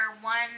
one